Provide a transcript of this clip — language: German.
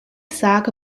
sage